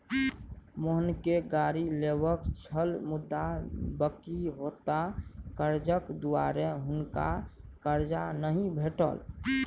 मोहनकेँ गाड़ी लेबाक छल मुदा बकिऔता करजाक दुआरे हुनका करजा नहि भेटल